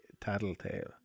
tattletale